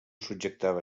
subjectava